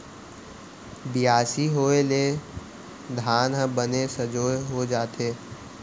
बियासी होय ले धान ह बने संजोए हो जाथे